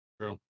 True